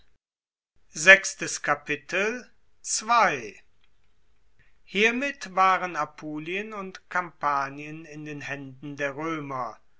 hiermit waren apulien und kampanien in den haenden der roemer